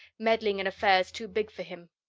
meddling in affairs too big for him.